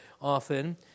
often